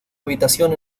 habitación